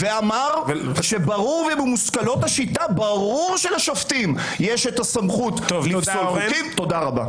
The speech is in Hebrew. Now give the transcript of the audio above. ואמר שברור וממושכלות השיטה שלשופטים יש הסמכות- -- תודה רבה.